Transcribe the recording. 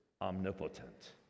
omnipotent